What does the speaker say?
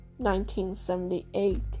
1978